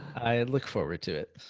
i look forward to it.